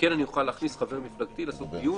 וכן אוכל להכניס את חבר מפלגתי לדיון.